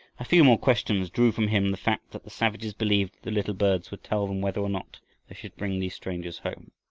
a few more questions drew from him the fact that the savages believed the little birds would tell them whether or not they should bring these strangers home.